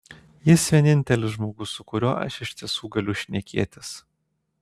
jis vienintelis žmogus su kuriuo aš iš tiesų galiu šnekėtis